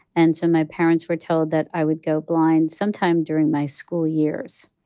and so my parents were told that i would go blind sometime during my school years.